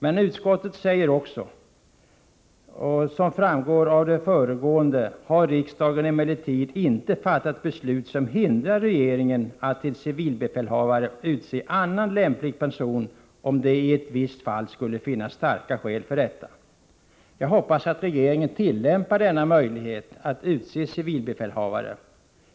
Men utskottet säger också: ”Som framgår av det föregående har riksdagen emellertid inte fattat beslut som hindrar regeringen att till civilbefälhavare utse annan lämplig person om det i ett visst fall skulle finnas starka skäl för detta.” Jag hoppas att regeringen tillämpar denna möjlighet att utse civilbefälhavare.